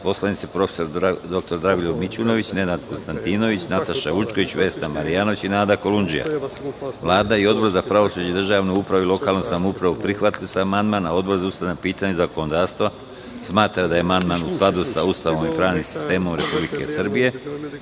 poslanici prof. dr Dragoljub Mićunović, Nenad Konstantinović, Nataša Vučković, Vesna Marjanović i Nada Kolundžija. Vlada i Odbor za pravosuđe, državnu upravu i lokalnu samoupravu prihvatili su amandman, a Odbor za ustavna pitanja i zakonodavstvo smatra da je amandman u skladu sa Ustavom i pravnim sistemom Republike Srbije,